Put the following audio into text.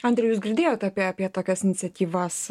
andriau jūs girdėjot apie apie tokias iniciatyvas